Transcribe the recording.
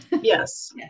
yes